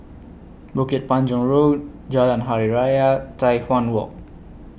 Bukit Panjang Road Jalan Hari Raya Tai Hwan Walk